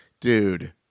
dude